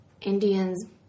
Indians